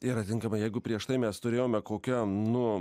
ir atitinkamai jeigu prieš tai mes turėjome kokią nu